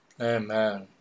Amen